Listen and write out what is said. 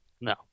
No